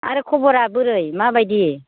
आरो खब'रा बोरै माबायदि